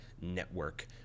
Network